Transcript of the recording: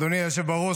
אדוני היושב בראש,